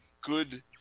good